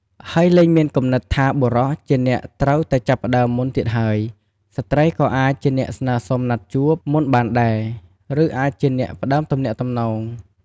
ហើយលែងមានគំនិតថាបុរសជាអ្នកត្រូវតែចាប់ផ្ដើមមុនទៀតហើយ ស្ត្រីក៏អាចជាអ្នកស្នើសុំណាត់ជួប មុនបានដែរ ឬអាចជាអ្នកផ្ដើមទំនាក់ទំនង។